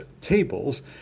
tables